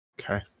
Okay